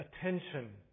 attention